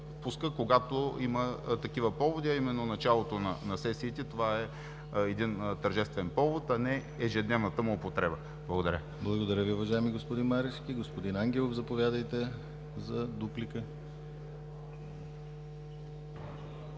когато има такива поводи, а именно в началото на сесиите. Това е един тържествен повод, а не ежедневната му употреба. Благодаря. ПРЕДСЕДАТЕЛ ДИМИТЪР ГЛАВЧЕВ: Благодаря, господин Марешки. Господин Ангелов, заповядайте за дуплика.